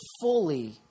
fully